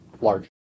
large